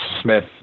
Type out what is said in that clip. Smith